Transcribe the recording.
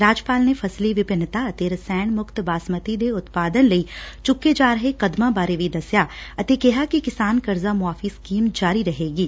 ਰਾਜਪਾਲ ਨੇ ਫਸਲੀ ਵਿੰਭਿਨਤਾ ਅਤੇ ਰਸਾਇਣ ਮੁਕਤ ਬਾਸਮਤੀ ਦੇ ਉਤਪਾਦਨ ਲਈ ਵੀ ਚੁੱਕੇ ਜਾ ਰਹੇ ਕਦਮਾਂ ਬਾਰੇ ਵੀ ਦਸਿਆ ਅਤੇ ਕਿਹਾ ਕਿ ਕਿਸਾਨ ਕਰਜ਼ਾ ਮੁਆਫ਼ੀ ਸਕੀਮ ਜਾਰੀ ਰਹੇਗੀ